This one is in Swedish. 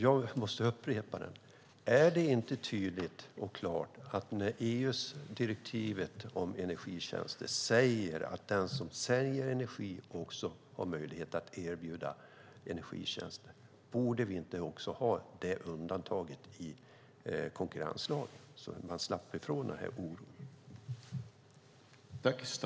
Jag måste upprepa min fråga: Är det inte tydligt och klart att vi när EU-direktivet om energitjänster säger att den som säljer energi också har möjlighet att erbjuda energitjänster borde ha detta undantag i konkurrenslagen? På så sätt skulle vi slippa ifrån denna oro.